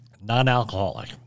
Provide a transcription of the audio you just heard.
Non-alcoholic